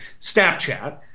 Snapchat